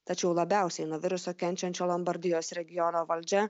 tačiau labiausiai nuo viruso kenčiančio lombardijos regiono valdžia